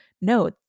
no